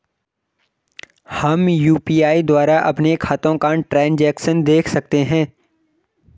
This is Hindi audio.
हम यु.पी.आई द्वारा अपने खातों का ट्रैन्ज़ैक्शन देख सकते हैं?